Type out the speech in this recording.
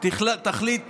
תחליט